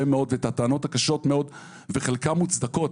מאוד ואת הטענות הקשות מאוד וחלקן מצודקות.